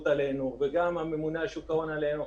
עלינו וגם הממונה על שוק ההון עלינו,